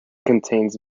contains